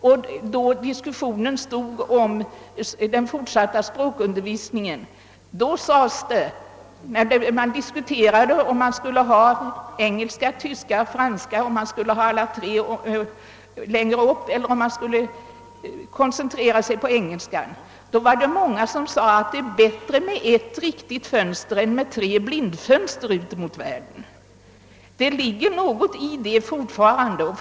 När det gällde den fortsatta undervisningen diskuterades då huruvida man skulle ha engelska, tyska eller franska, om man skulle ha alla tre språken eller om man skulle koncentrera sig på engelska. Det var då många som sade att det var bättre med ett riktigt fönster ut mot världen än med tre blindfönster. Det ligger något i det omdömet.